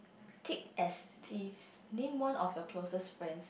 thick as thief name one of your closest friend